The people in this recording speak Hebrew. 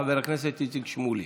חבר הכנסת איציק שמולי.